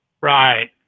right